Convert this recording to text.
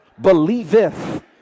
believeth